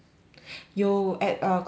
有 at uh kovan market